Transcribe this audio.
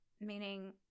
meaning